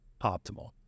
optimal